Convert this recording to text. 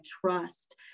trust